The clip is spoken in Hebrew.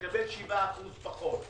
מקבל 7% פחות.